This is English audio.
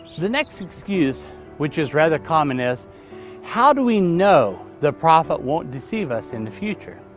the next excuse which is rather common is how do we know the prophet won't deceive us in the future?